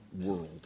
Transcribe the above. world